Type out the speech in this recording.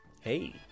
Hey